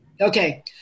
Okay